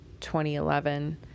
2011